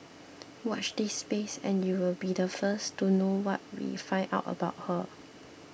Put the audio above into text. watch this space and you'll be the first to know what we find out about her